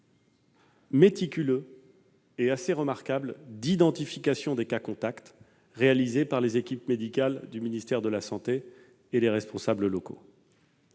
méticuleux et assez remarquable d'identification des cas contacts réalisé par les équipes médicales du ministère de la santé et les responsables locaux.